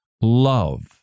love